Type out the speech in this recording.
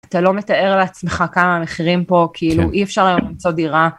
אתה לא מתאר לעצמך כמה המחירים פה כאילו אי אפשר למצוא דירה.